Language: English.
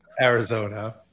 Arizona